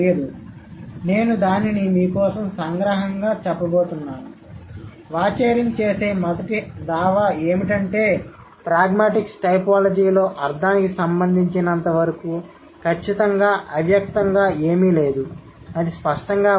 కాబట్టి నేను దానిని మీ కోసం సంగ్రహంగా చెప్పబోతున్నాను వాచెరిన్ చేసే మొదటి దావా ఏమిటంటే ప్రాగ్మాటిక్స్ టైపోలాజీలో అర్థానికి సంబంధించినంతవరకు ఖచ్చితంగా అవ్యక్తంగా ఏమీ లేదు అది స్పష్టంగా ఉంది